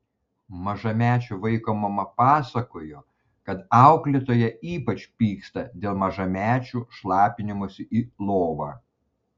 mažamečio vaiko mama pasakojo kad auklėtoja ypač pyksta dėl mažamečių šlapinimosi į lovą